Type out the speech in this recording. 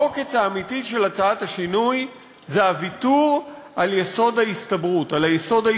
העוקץ האמיתי של הצעת השינוי זה הוויתור על היסוד ההסתברותי.